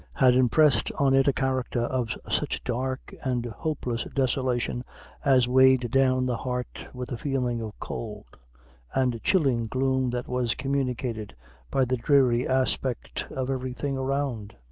had impressed on it a character of such dark and hopeless desolation as weighed down the heart with a feeling of cold and chilling gloom that was communicated by the dreary aspect of every thing around.